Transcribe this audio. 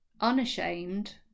unashamed